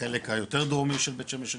בחלק היותר דרומי של בית שמש שנפתחת,